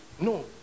no